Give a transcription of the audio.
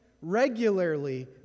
regularly